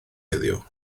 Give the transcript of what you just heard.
heddiw